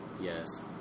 Yes